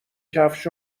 کفش